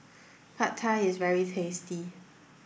Pad Thai is very tasty